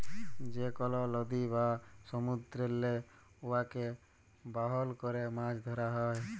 যে কল লদী বা সমুদ্দুরেল্লে উয়াকে বাহল ক্যরে মাছ ধ্যরা হ্যয়